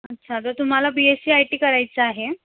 अच्छा तर तुम्हाला B S C I T करायचं आहे